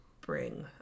bring